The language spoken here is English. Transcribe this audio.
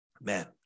Man